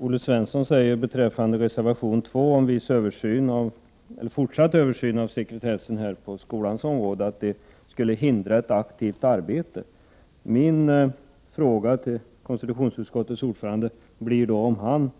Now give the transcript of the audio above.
Herr talman! Beträffande reservation 2 om fortsatt översyn av sekretessen på skolans område säger Olle Svensson att en sådan skulle förhindra ett aktivt arbete. Min fråga till konstitutionsutskottets ordförande blir då om han